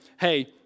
hey